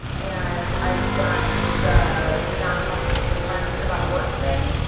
and i've done the not talking with friends about work thing.